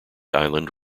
island